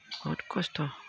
बहुद खस्थ'